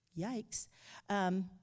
yikes